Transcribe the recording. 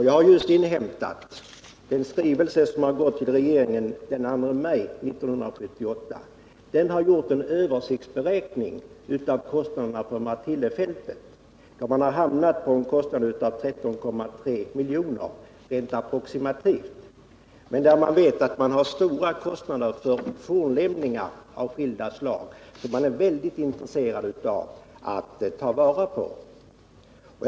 Jag har just inhämtat att man i en skrivelse som sänts till regeringen den 2 maj 1978 har gjort en översiktsberäkning för kostnaderna av Martillefältet. Man har därvid hamnat på en kostnad på approximativt 13,3 miljoner. I detta ligger stora kostnader i samband med fornlämningar av skilda slag som finns inom området och som man är mycket intresserad av att ta till vara.